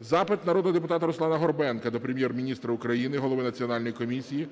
Запит народного депутата Руслана Горбенка до Прем'єр-міністра України, голови Національної комісії,